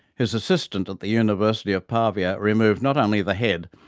his assistant at the university of parvia removed not only the head,